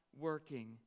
working